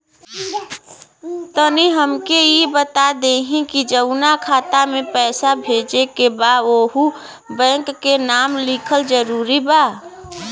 तनि हमके ई बता देही की जऊना खाता मे पैसा भेजे के बा ओहुँ बैंक के नाम लिखल जरूरी बा?